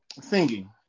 Singing